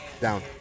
Down